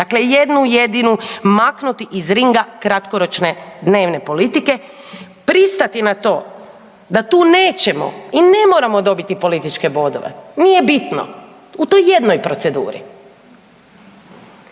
dakle jednu jedinu, maknuti iz ringa kratkoročne dnevne politike, pristati na to da tu nećemo i ne moramo dobiti političke bodove, nije bitno u toj jednoj proceduri